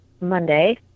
Monday